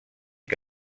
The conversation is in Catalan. que